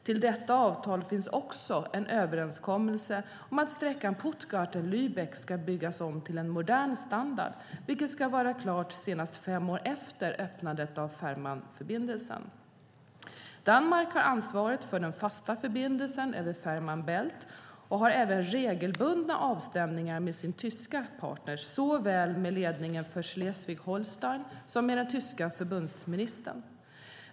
Till detta avtal finns också en överenskommelse om att sträckan Puttgarden-Lübeck ska byggas om till en modern standard, vilket ska vara klart senast fem år efter öppnandet av Fehmarnförbindelsen. Danmark har ansvaret för den fasta förbindelsen över Fehmarn Bält och har även regelbundna avstämningar med sina tyska partner, såväl med ledningen för Schleswig-Holstein som med den tyska förbundsministern.